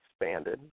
expanded